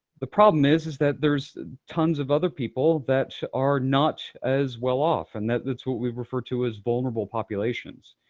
the problem is, is that there's tons of other people that are not as well off, and that's what we refer to as vulnerable populations,